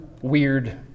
weird